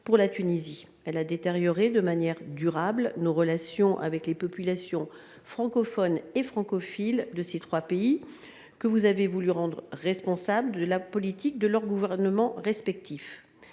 pour la Tunisie – a détérioré de manière durable nos relations avec les populations francophones et francophiles de ces trois pays, que vous avez voulu rendre responsables de la politique de leurs gouvernements respectifs.